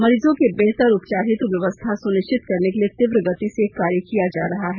मरीजों के बेहतर उपचार हेत् व्यवस्था सुनिश्चित करने लिए तीव्र गति से कार्य किया जा रहा है